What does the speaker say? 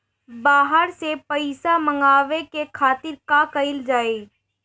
बाहर से पइसा मंगावे के खातिर का कइल जाइ?